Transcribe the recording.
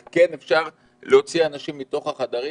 איך כן אפשר להוציא אנשים מתוך החדרים.